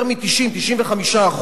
יותר מ-90% 95%,